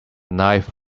knife